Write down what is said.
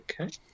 Okay